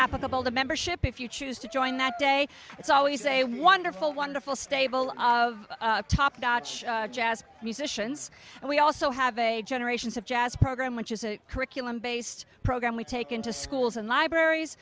applicable to membership if you choose to join that day it's always a wonderful wonderful stable of top notch jazz musicians and we also have a generations of jazz program which is a curriculum based program we take into schools and libraries